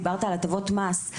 דיברת על הטבות מס,